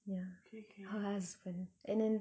ya her husband and then